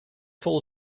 full